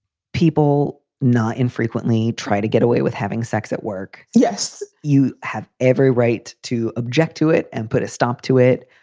people not infrequently try to get away with having sex at work yes, you have every right to object to it and put a stop to it,